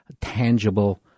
tangible